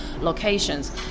locations